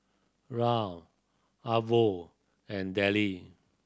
Rahn Arvo and Dellie